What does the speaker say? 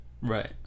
Right